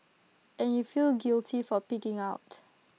and you feel guilty for pigging out